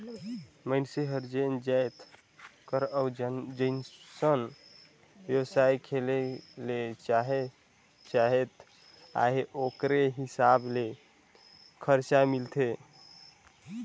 मइनसे हर जेन जाएत कर अउ जइसन बेवसाय खोले ले चाहत अहे ओकरे हिसाब ले खरचा मिलथे